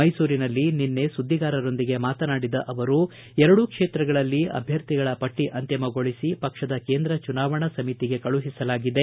ಮೈಸೂರಿನಲ್ಲಿ ನಿನ್ನೆ ಸುದ್ದಿಗಾರರೊಂದಿಗೆ ಮಾತನಾಡಿದ ಅವರು ಎರಡೂ ಕ್ಷೇತ್ರಗಳಲ್ಲಿ ಅಭ್ಯರ್ಥಿಗಳ ಪಟ್ಟಿ ಅಂತಿಮಗೊಳಿಸಿ ಪಕ್ಷದ ಕೇಂದ್ರ ಚುನಾವಣಾ ಸಮಿತಿಗೆ ಕಳುಹಿಸಲಾಗಿದೆ